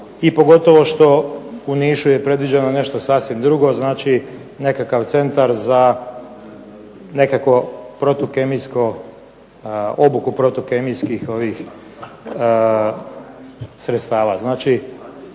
I pogotovo što u Nišu je predviđeno nešto sasvim drugo. Znači, nekakav Centar za nekakvo protu kemijsko, obuku protu kemijskih sredstava.